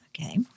okay